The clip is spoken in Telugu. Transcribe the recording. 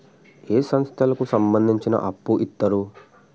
ఏ సంస్థలకు సంబంధించి అప్పు ఇత్తరు?